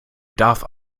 darf